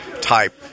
type